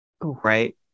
right